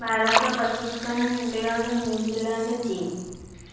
Bharat Pakistan England New Zealand Chin